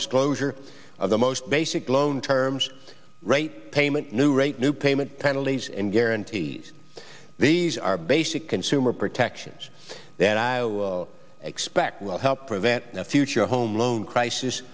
disclosure of the most basic loan terms rate payment new rate new payment penalties and guarantees these are basic consumer protections that i expect will help prevent a few your home loan crisis